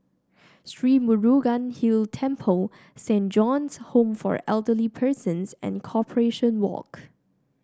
Sri Murugan Hill Temple Saint John's Home for Elderly Persons and Corporation Walk